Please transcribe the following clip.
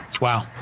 Wow